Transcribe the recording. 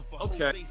Okay